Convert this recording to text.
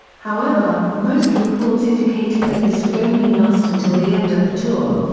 however, most reports indicated that this would only last until the end of the tour.